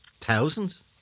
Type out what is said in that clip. thousands